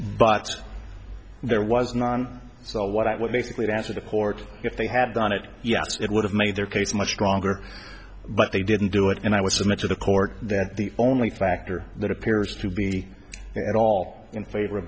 but there was none so what i would basically answer the court if they had done it yes it would have made their case much stronger but they didn't do it and i was so much of the court that the only factor that appears to be at all in favor of